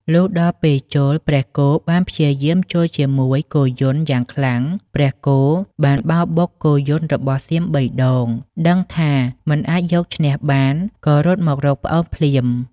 លុះដល់ពេលជល់ ព្រះគោបានព្យាយាមជល់ជាមួយគោយន្ដយ៉ាងខ្លាំង ព្រះគោបានបោលបុកគោយន្ដរបស់សៀមបីដង ដឹងថាមិនអាចយកឈ្នះបានក៏រត់មករកប្អូនភ្លាម។